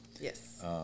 Yes